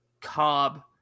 Cobb